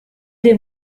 des